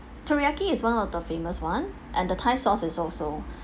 teriyaki is one of the famous one and the thai sauce is also